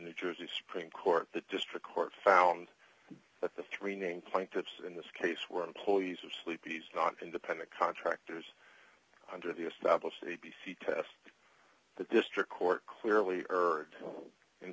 new jersey supreme court the district court found that the three named plaintiffs in this case were employees of sleepy's not independent contractors under the established a b c test the district court clearly